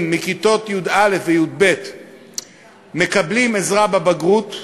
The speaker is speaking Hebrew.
מכיתות י"א וי"ב שמקבלים עזרה בבגרות,